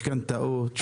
משכנתאות.